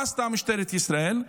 מה עשתה משטרת ישראל?